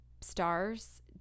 stars